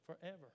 Forever